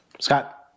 Scott